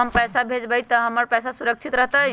हम पैसा भेजबई तो हमर पैसा सुरक्षित रहतई?